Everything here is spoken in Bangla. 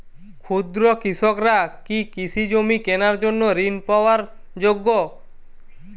ক্ষুদ্র কৃষকরা কি কৃষিজমি কেনার জন্য ঋণ পাওয়ার যোগ্য?